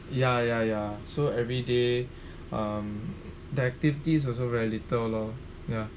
ya ya ya so everyday um the activities also very little loh ya